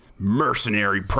mercenary